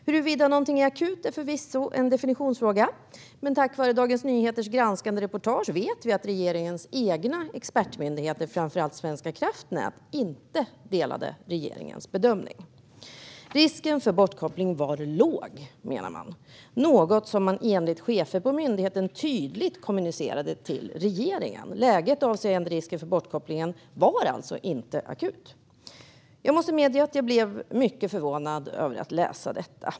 Huruvida någonting är akut är förvisso en definitionsfråga, men tack vare Dagens Nyheters granskande reportage vet vi att regeringens egna expertmyndigheter - framför allt Svenska kraftnät - inte delade regeringens bedömning. Risken för bortkoppling var låg, menade man, och detta var något man enligt chefer på myndigheten tydligt kommunicerade till regeringen. Läget avseende risken för bortkoppling var alltså inte akut. Jag måste medge att jag blev mycket förvånad när jag läste detta.